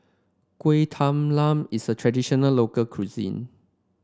Kuih Talam is a traditional local cuisine